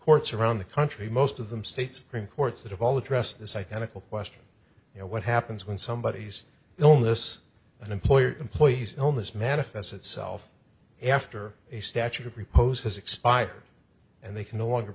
courts around the country most of them state supreme courts that have all addressed this identical question you know what happens when somebody has illness an employer employees illness manifests itself after a statute of repose has expired and they can no longer